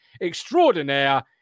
extraordinaire